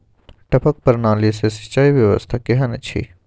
टपक प्रणाली से सिंचाई व्यवस्था केहन अछि?